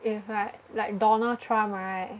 if like like Donald Trump right